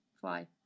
Fly